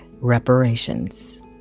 Reparations